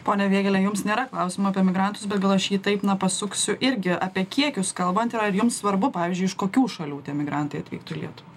pone vėgėle jums nėra klausimo apie migrantus bet gal aš jį taip na pasuksiu irgi apie kiekius kalbant ir ar jums svarbu pavyzdžiui iš kokių šalių tie emigrantai atvyktų į lietuvą